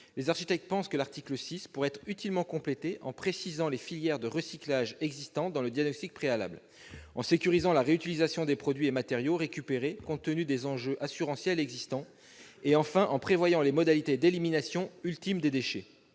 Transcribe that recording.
les architectes pensent que l'article 6 pourrait être utilement complété en précisant les filières de recyclage existantes dans le diagnostic préalable, en sécurisant la réutilisation des produits et matériaux récupérés compte tenu des enjeux assurantiels existants, et, enfin, en prévoyant les modalités d'élimination ultime des déchets.